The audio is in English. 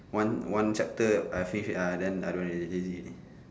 one one chapter I finish ah then I don't want lazy already